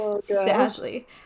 sadly